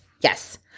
yes